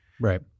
Right